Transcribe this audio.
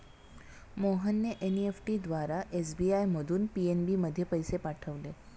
मोहनने एन.ई.एफ.टी द्वारा एस.बी.आय मधून पी.एन.बी मध्ये पैसे पाठवले